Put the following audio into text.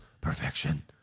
perfection